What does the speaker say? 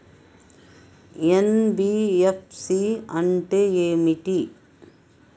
NBFC అంటే ఏమిటి?